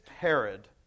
Herod